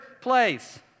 place